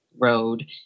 road